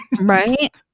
Right